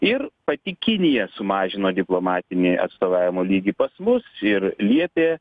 ir pati kinija sumažino diplomatinį atstovavimo lygį pas mus ir liepė